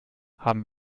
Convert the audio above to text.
haben